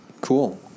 Cool